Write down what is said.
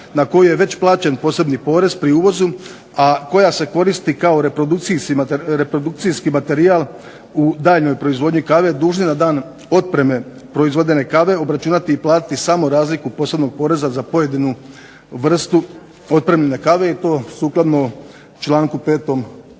na koju je već plaćen posebni porez pri uvozu a koja se koristi kao reprodukcijski materijal u daljnjoj proizvodnji kave dužni na dan otpreme proizvedene kave obračunati i platiti samo razliku posebnog poreza za pojedinu vrstu otpremljene kave i to sukladno članku 5. predmetnog